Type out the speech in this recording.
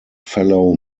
fellow